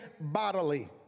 bodily